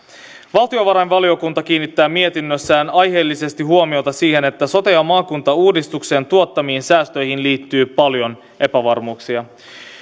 valtiovarainvaliokunta kiinnittää mietinnössään aiheellisesti huomiota siihen että sote ja maakuntauudistuksen tuottamiin säästöihin liittyy paljon epävarmuuksia